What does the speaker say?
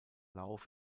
lauf